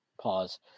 pause